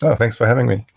thanks for having me.